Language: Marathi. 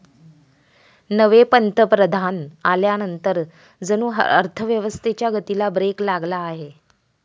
नवे पंतप्रधान आल्यानंतर जणू अर्थव्यवस्थेच्या गतीला ब्रेक लागला आहे